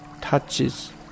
touches